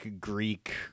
Greek